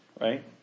right